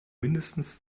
mindestens